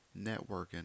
networking